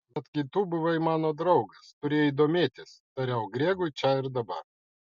betgi tu buvai mano draugas turėjai domėtis tariau gregui čia ir dabar